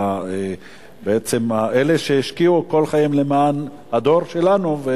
בעצם אלה שהשקיעו כל חייהם למען הדור שלנו.